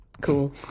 Cool